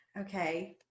okay